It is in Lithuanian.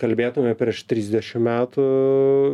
kalbėtume prieš trisdešim metų